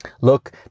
look